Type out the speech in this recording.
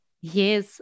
yes